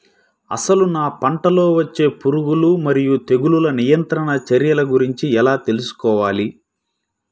అసలు నా పంటలో వచ్చే పురుగులు మరియు తెగులుల నియంత్రణ చర్యల గురించి ఎలా తెలుసుకోవాలి?